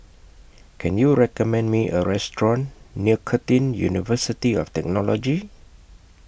Can YOU recommend Me A Restaurant near Curtin University of Technology